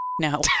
No